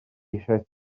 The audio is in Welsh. eisiau